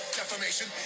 defamation